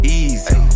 easy